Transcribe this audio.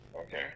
okay